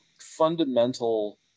fundamental